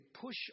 push